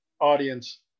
audience